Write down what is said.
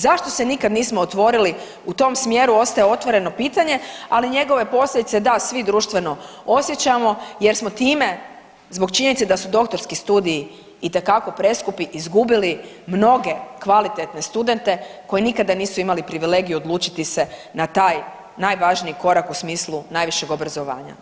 Zašto se nikad nismo otvorili u tom smjeru ostaje otvoreno pitanje, ali njegove posljedice da, svi društveno osjećamo jer smo time zbog činjenice da su doktorski studiji itekako preskupi izgubili mnoge kvalitetne studente koji nikada nisu imali privilegiju odlučiti se na taj najvažniji korak u smislu najvišeg obrazovanja.